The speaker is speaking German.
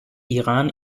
iran